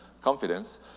confidence